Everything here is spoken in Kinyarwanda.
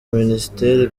ministeri